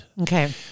Okay